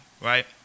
right